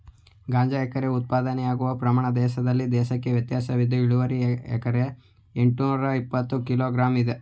ಗಾಂಜಾ ಎಕರೆಗೆ ಉತ್ಪಾದನೆಯಾಗುವ ಪ್ರಮಾಣ ದೇಶದಿಂದ ದೇಶಕ್ಕೆ ವ್ಯತ್ಯಾಸವಿದ್ದು ಇಳುವರಿ ಎಕರೆಗೆ ಎಂಟ್ನೂರಇಪ್ಪತ್ತು ಕಿಲೋ ಗ್ರಾಂ ಇದೆ